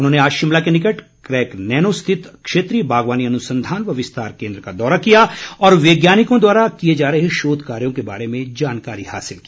उन्होंने आज शिमला के निकट क्रैगनैनो स्थित क्षेत्रीय बागवानी अनुसंधान व विस्तार केन्द्र का दौरा किया और वैज्ञानिकों द्वारा किए जा रहे शोध कार्यों के बारे में जानकारी हासिल की